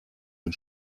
den